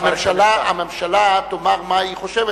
אבל הממשלה תאמר מה היא חושבת.